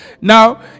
Now